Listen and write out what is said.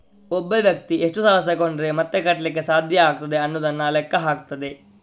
ಒಬ್ಬ ವ್ಯಕ್ತಿ ಎಷ್ಟು ಸಾಲ ತಗೊಂಡ್ರೆ ಮತ್ತೆ ಕಟ್ಲಿಕ್ಕೆ ಸಾಧ್ಯ ಆಗ್ತದೆ ಅನ್ನುದನ್ನ ಲೆಕ್ಕ ಹಾಕ್ತದೆ